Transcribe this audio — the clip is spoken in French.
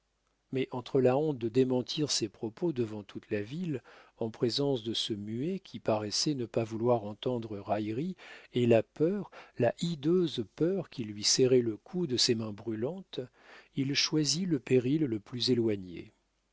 mais entre la honte de démentir ses propos devant toute la ville en présence de ce muet qui paraissait ne pas vouloir entendre raillerie et la peur la hideuse peur qui lui serrait le cou de ses mains brûlantes il choisit le péril le plus éloigné